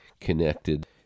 connected